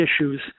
issues